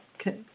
Okay